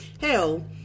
hell